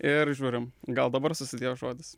ir žiūrim gal dabar susidėjo žodis